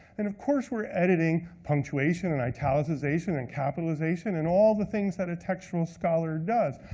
and, of course, we're editing punctuation and italicization, and capitalization, and all the things that a textual scholar does.